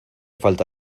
falta